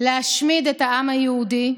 להשמיד את העם היהודי,